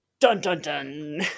dun-dun-dun